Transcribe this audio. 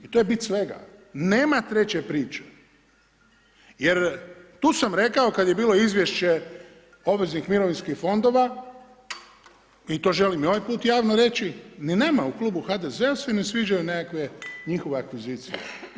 I to je bit svega, nema treće priče, jer tu sam rekao kad je bilo izvješće obveznih mirovinskih fondova i to želim i ovaj put javno reći, ni nama u Klubu HDZ-a se ne sviđaju nekakve njihove akvizicije.